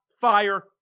fire